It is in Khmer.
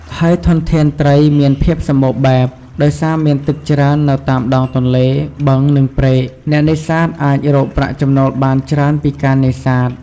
ហើយធនធានត្រីមានភាពសម្បូរបែប ដោយសារមានទឹកច្រើននៅតាមដងទន្លេ បឹង និងព្រែក អ្នកនេសាទអាចរកប្រាក់ចំណូលបានច្រើនពីការនេសាទ។